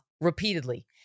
repeatedly